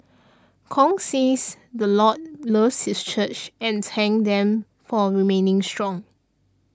Kong says the Lord loves this church and thanked them for remaining strong